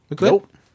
Nope